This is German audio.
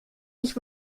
nicht